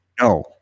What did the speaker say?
No